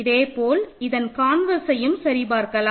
இதேபோல் இதன் கான்வெர்சையும் சரிபார்க்கலாம்